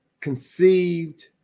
conceived